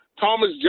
Thomas